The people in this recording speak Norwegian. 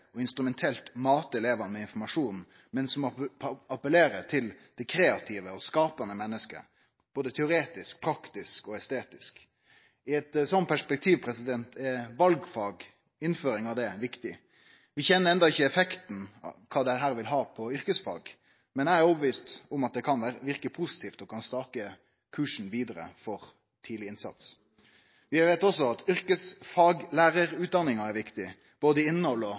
instrumentelt å mate elevane med informasjon, men der ein appellerer til det kreative og skapande mennesket, både teoretisk, praktisk og estetisk. I eit sånt perspektiv er innføring av valfag viktig. Vi kjenner enno ikkje til kva for effekt dette vil ha for yrkesfag, men eg er viss på at det kan verke positivt, og at det kan stake ut kursen vidare for tidleg innsats. Vi veit også at yrkesfaglærarutdanninga er viktig, både innhald og